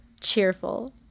Cheerful